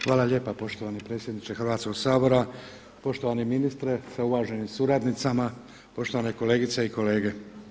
Hvala lijepa poštovani predsjedniče Hrvatskoga sabora, poštovani ministre sa uvaženim suradnicama, poštovane kolegice i kolege.